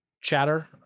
chatter